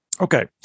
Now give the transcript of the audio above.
Okay